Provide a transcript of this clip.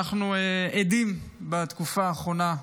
אנחנו עדים בתקופה האחרונה,